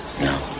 No